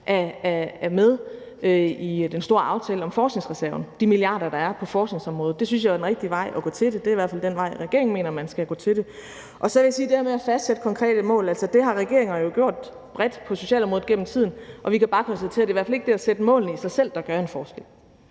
er med i den store aftale om forskningsreserven, altså de milliarder, der er på forskningsområdet. Det synes jeg jo er den rigtige vej at gå – det er i hvert fald den vej, regeringen mener man skal gå. Med hensyn til det her med at fastsætte konkrete mål vil jeg sige: Altså, det har regeringer jo gjort bredt på socialområdet gennem tiden, og vi kan bare konstatere, at det i hvert fald ikke er det at sætte målene, der i sig selv gør en forskel.